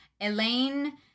Elaine